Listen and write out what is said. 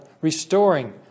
restoring